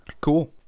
Cool